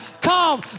Come